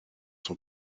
son